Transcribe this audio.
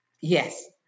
Yes